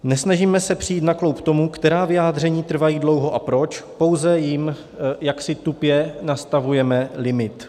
Nesnažíme se přijít na kloub tomu, která vyjádření trvají dlouho a proč, pouze jim jaksi tupě nastavujeme limit.